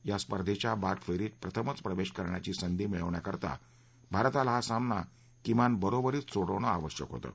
या स्पर्धेच्या बाद फेरीत प्रथमच प्रवेश करण्याची संधी मिळवण्याकरता भारताला हा सामना किमान बरोबरीत सोडवणं आवश्यक होतं